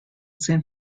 san